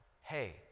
hey